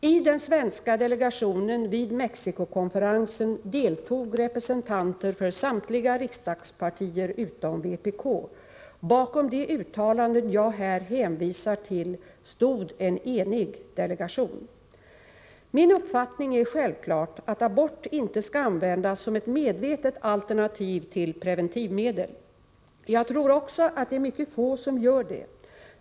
I den svenska delegationen vid Mexicokonferensen deltog representanter för samtliga riksdagspartier utom vpk. Bakom de uttalanden jag här hänvisar till stod en enig delegation. Min uppfattning är självfallet att abort inte skall användas som ett medvetet alternativ till preventivmedel. Jag tror också att det är mycket få som gör det.